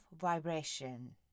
Vibration